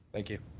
thank you.